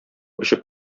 очып